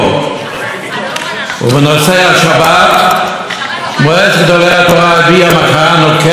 "מועצת גדולי התורה הביעה מחאה נוקבת על הפגיעה בכתר עם ישראל,